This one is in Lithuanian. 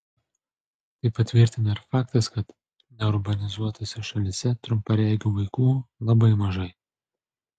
tai patvirtina ir faktas kad neurbanizuotose šalyse trumparegių vaikų labai mažai